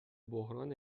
بحران